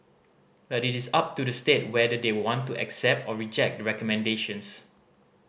but it is up to the state whether they want to accept or reject the recommendations